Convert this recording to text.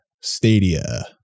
Stadia